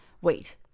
Wait